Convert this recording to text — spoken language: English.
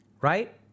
Right